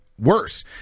worse